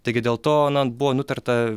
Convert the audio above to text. taigi dėl to buvo nutarta